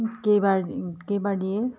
কেইবাৰ কেইবাৰ দিয়ে